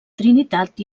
trinitat